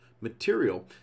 material